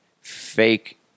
fake